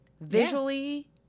Visually